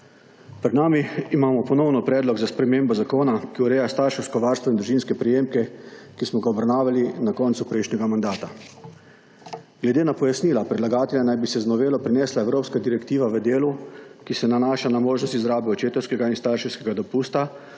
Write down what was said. Pred nami imamo ponovno predlog za spremembo zakona, ki ureja starševsko varstvo in družinske prejemke, ki smo ga obravnavali na koncu prejšnjega mandata. Glede na pojasnila predlagatelja naj bi se z novelo prenesla evropska direktiva v delu, ki se nanaša na možnosti izrabe očetovskega in starševskega dopusta